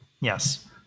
Yes